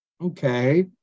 okay